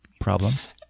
problems